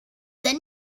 than